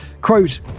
Quote